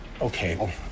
Okay